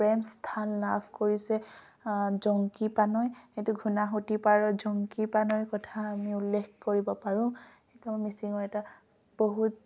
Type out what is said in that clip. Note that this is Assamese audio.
প্ৰেম স্থান লাভ কৰিছে জংকী পানৈ সেইটো ঘুণাসুঁতি পাৰৰ জংকী পানৈৰ কথা আমি উল্লেখ কৰিব পাৰোঁ সেইটো মিচিঙৰ এটা বহুত